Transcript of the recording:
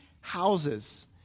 houses